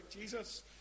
Jesus